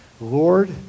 Lord